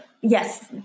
yes